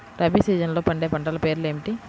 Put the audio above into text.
రబీ సీజన్లో పండే పంటల పేర్లు ఏమిటి?